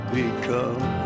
become